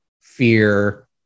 Fear